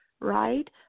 right